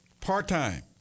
part-time